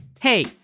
Hey